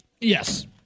Yes